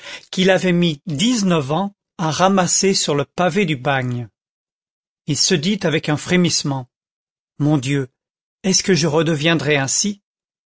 qu'il avait mis dix-neuf ans à ramasser sur le pavé du bagne il se dit avec un frémissement mon dieu est-ce que je redeviendrai ainsi